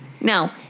No